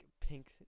pink